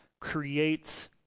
creates